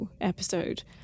episode